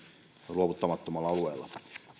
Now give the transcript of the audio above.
luovuttamattomalla alueella